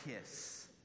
kiss